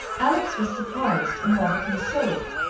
alex was surprised, and rather consoled,